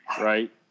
Right